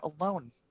alone